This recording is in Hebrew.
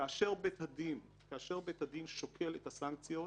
כאשר בית הדין שוקל את הסנקציות,